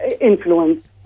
influence